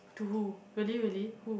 to who really really who